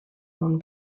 own